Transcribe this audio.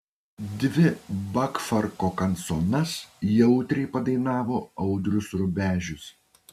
dvi bakfarko kanconas jautriai padainavo audrius rubežius